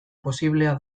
posiblea